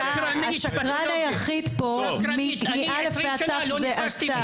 השקרן היחיד פה מא' ועד ת' הוא אתה.